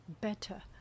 better